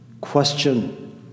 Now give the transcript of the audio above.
question